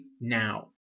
now